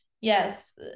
yes